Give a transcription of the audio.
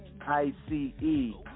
I-C-E